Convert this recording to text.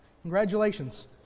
Congratulations